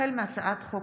החל בהצעת חוק